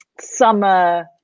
summer